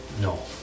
No